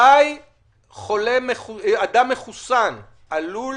שאדם מחוסן עלול